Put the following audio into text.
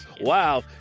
Wow